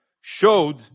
showed